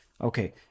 Okay